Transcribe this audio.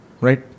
Right